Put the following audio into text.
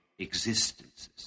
existences